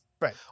Right